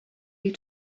you